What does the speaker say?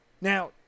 Now